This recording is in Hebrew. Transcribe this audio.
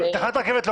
בתוך הקו הכחול,